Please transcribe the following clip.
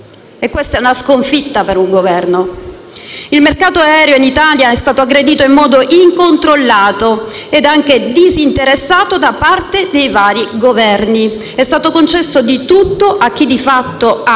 e questa è una sconfitta per un Governo. Il mercato aereo in Italia è stato aggredito in modo incontrollato e anche disinteressato da parte dei vari Governi. È stato concesso di tutto a chi, di fatto, ha